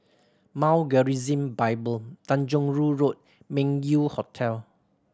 Mount Gerizim Bible Tanjong Rhu Road Meng Yew Hotel